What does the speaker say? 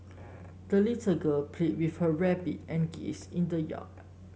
the little girl played with her rabbit and geese in the yard